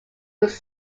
was